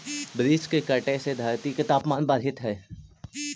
वृक्ष के कटे से धरती के तपमान बढ़ित हइ